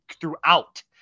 throughout